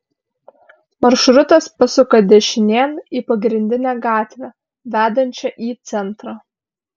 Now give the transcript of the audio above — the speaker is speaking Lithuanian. maršrutas pasuka dešinėn į pagrindinę gatvę vedančią į centrą